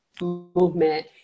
movement